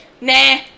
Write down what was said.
nah